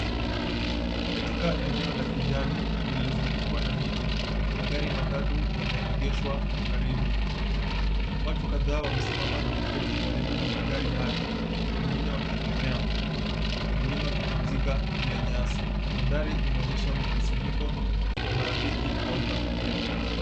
Katika eneo la kijani lililozungukwa na miti, magari matatu yameegeshwa karibu. Watu kadhaa wamesimama na kuketi karibu na magari hayo wengine wakiegemea, wengine wakipumzika juu ya nyasi. Mandhari inaonyesha mkusanyiko wa marafiki au familia.